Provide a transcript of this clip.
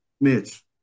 Mitch